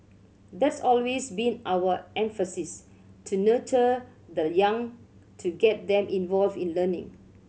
that's always been our emphasis to nurture the young to get them involved in learning